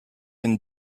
and